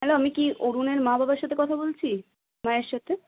hello আমি কি অরুণের মা বাবার সাথে কথা বলছি মায়ের সাথে